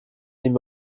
ihnen